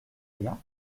rien